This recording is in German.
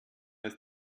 ist